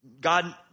God